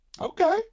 Okay